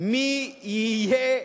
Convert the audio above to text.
מי יהיה,